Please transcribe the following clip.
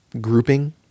grouping